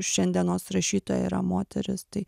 šiandienos rašytoja yra moteris tai